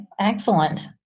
Excellent